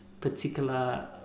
particular